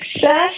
success